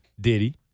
Diddy